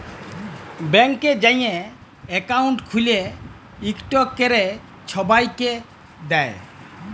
ব্যাংকে যাঁয়ে একাউল্ট খ্যুইলে ইকট ক্যরে ছবাইকে দেয়